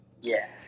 Yes